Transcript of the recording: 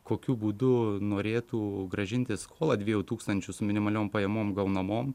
kokiu būdu norėtų grąžinti skolą dviejų tūkstančių su minimaliom pajamom gaunamom